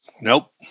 Nope